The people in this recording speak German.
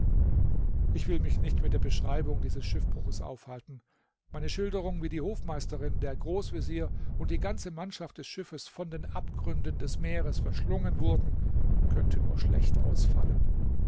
ich will mich nicht mit der beschreibung dieses schiffbruches aufhalten meine schilderung wie die hofmeisterin der großvezier und die ganze mannschaft des schiffes von den abgründen des meeres verschlungen wurden könnte nur schlecht ausfallen